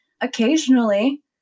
occasionally